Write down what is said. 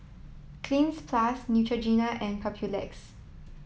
cleanz plus Neutrogena and Papulex